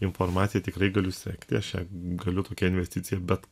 informaciją tikrai galiu sekti aš ją galiu tokią investiciją bet